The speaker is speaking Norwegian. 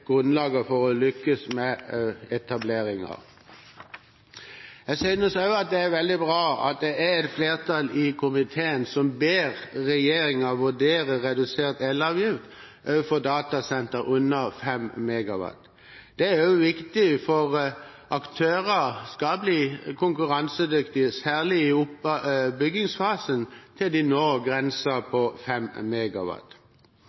grunnlaget for å lykkes med etableringer. Jeg synes også at det er veldig bra at det er et flertall i komiteen som ber regjeringen vurdere redusert elavgift også for datasentre med uttak under 5 MW. Det er også viktig for at aktører skal bli konkurransedyktige, særlig i oppbyggingsfasen, til de